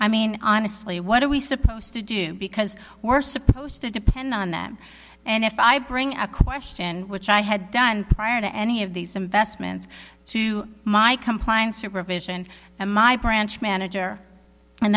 i mean honestly what are we supposed to do because we're supposed to depend on them and if i bring a question which i had done prior to any of these investments to my compliance or provision a my branch manager and